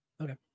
Okay